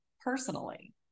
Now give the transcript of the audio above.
personally